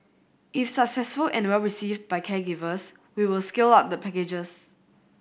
if successful and well received by caregivers we will scale up the packages